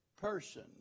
person